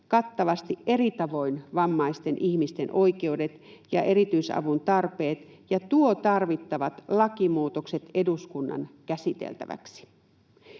kattavasti eri tavoin vammaisten ihmisten oikeudet ja erityisavun tarpeet, ja tuo tarvittavat lakimuutokset eduskunnan käsiteltäväksi”.